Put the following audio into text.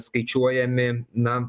skaičiuojami na